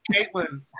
Caitlin